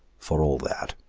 for all that.